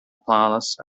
palace